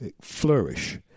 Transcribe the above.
flourish